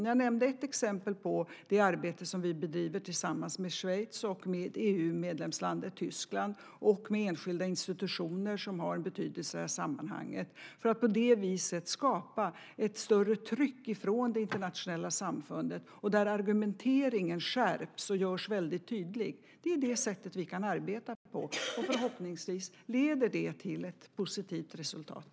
Jag nämnde ett exempel på det arbete vi bedriver tillsammans med Schweiz, med EU-medlemslandet Tyskland och med enskilda institutioner som har betydelse i sammanhanget för att på det viset skapa ett större tryck från internationella samfundet. Argumenteringen skärps och är tydlig. Det är det sätt vi kan arbeta på. Förhoppningsvis leder det till ett positivt resultat.